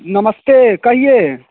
नमस्ते कहिए